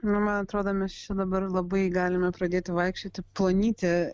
nu man atrodo mes čia dabar labai galime pradėti vaikščioti plonyte